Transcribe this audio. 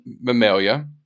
Mammalia